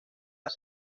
las